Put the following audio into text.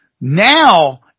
Now